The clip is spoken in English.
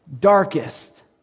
darkest